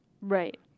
Right